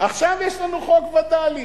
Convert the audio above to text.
עכשיו יש לנו חוק וד"לים.